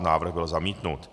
Návrh byl zamítnut.